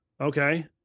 Okay